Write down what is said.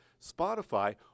Spotify